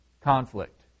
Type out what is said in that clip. Conflict